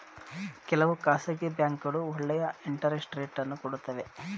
ಕೆಲವು ಖಾಸಗಿ ಬ್ಯಾಂಕ್ಗಳು ಒಳ್ಳೆಯ ಇಂಟರೆಸ್ಟ್ ರೇಟ್ ಅನ್ನು ಕೊಡುತ್ತವೆ